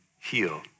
heal